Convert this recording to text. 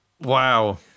Wow